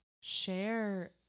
share